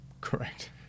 Correct